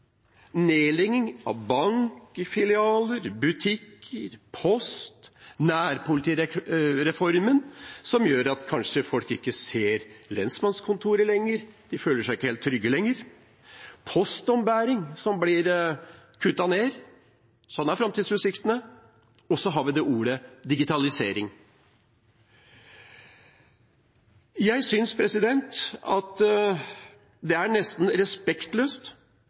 av bankfilialer, butikker og post og postombæring som blir kuttet ned. Nærpolitireformen gjør at folk kanskje ikke ser lensmannskontoret lenger, de føler seg ikke helt trygge lenger. Sånn er framtidsutsiktene. Så har vi ordet «digitalisering». Jeg synes det er nesten respektløst